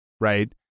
Right